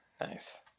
Nice